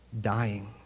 dying